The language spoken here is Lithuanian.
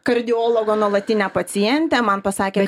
kardiologo nuolatinė pacientė man pasakė